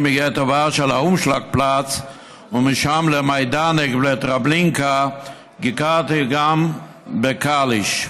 מגטו ורשה לאומשלגפלץ ומשם למיידנק ולטרבלינקה ביקרתי גם בקאליש,